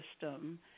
system